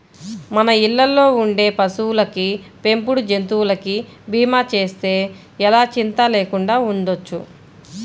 మన ఇళ్ళల్లో ఉండే పశువులకి, పెంపుడు జంతువులకి భీమా చేస్తే ఎలా చింతా లేకుండా ఉండొచ్చు